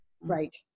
Right